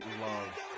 love